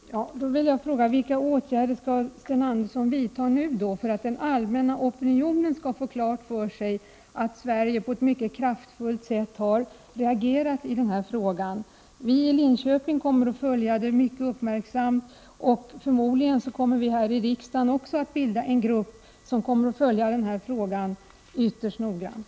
Fru talman! Då vill jag fråga: Vilka åtgärder skall Sten Andersson vidta nu för att den allmänna opinionen skall få klart för sig att Sverige på ett mycket kraftfullt sätt har reagerat i den här frågan? Vi i Linköping kommer att följa den mycket uppmärksamt, och förmodligen kommer vi också här i riksdagen att bilda en grupp som skall följa frågan ytterst noggrant.